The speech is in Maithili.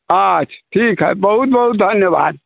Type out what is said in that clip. अच्छा ठीक हइ बहुत बहुत धन्यवाद